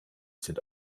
sind